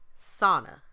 sauna